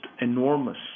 enormous